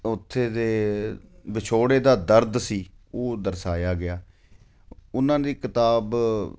ਉੱਥੇ ਦੇ ਵਿਛੋੜੇ ਦਾ ਦਰਦ ਸੀ ਉਹ ਦਰਸਾਇਆ ਗਿਆ ਉਹਨਾਂ ਦੀ ਕਿਤਾਬ